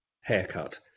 haircut